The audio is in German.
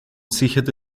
sicherte